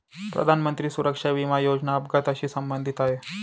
प्रधानमंत्री सुरक्षा विमा योजना अपघाताशी संबंधित आहे